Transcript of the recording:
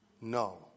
No